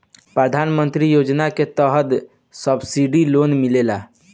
प्रधान मंत्री योजना के तहत सब्सिडी लोन मिलेला